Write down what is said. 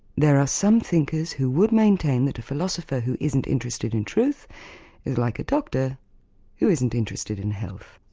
there are some thinkers who would maintain that a philosopher who isn't interested in truth is like a doctor who isn't interested in health.